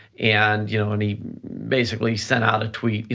and you know and he basically sent out a tweet,